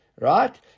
right